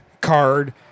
card